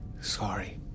sorry